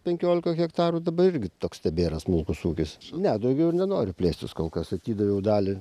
penkiolika hektarų dabar irgi toks tebėra smulkus ūkis ne daugiau ir nenoriu plėstis kol kas atidaviau dalį